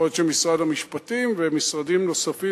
יכול להיות שמשרד המשפטים ומשרדים נוספים,